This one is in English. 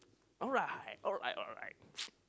alright alright alright